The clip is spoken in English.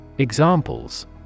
Examples